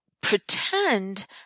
pretend